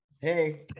Hey